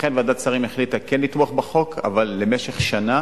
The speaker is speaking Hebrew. לכן ועדת שרים החליטה כן לתמוך בחוק, אבל למשך שנה